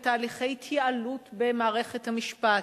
בתהליכי התייעלות במערכת המשפט,